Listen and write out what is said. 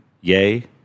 yay